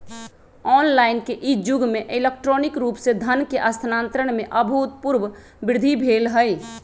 online के इ जुग में इलेक्ट्रॉनिक रूप से धन के स्थानान्तरण में अभूतपूर्व वृद्धि भेल हइ